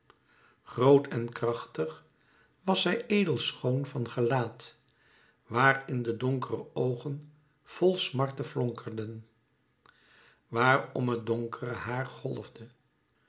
groot en krachtig was zij edel schoon van gelaat waar in de donkere oogen vol smarte flonkerden waar om het donkere haar golfde